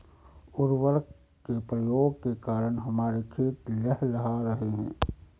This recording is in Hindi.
उर्वरक के प्रयोग के कारण हमारे खेत लहलहा रहे हैं